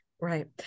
Right